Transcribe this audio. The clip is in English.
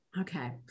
Okay